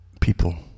people